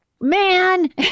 Man